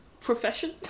profession